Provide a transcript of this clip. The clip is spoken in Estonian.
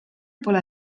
pole